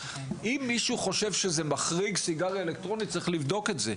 אם מישהו חושב שזה מחריג סיגריות אלקטרוניות אז צריך לבדוק את זה.